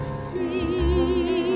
see